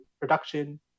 production